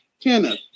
Kenneth